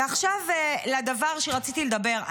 ועכשיו לדבר שרציתי לדבר עליו.